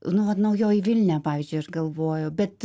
nu vat naujoji vilnia pavyzdžiui aš galvoju bet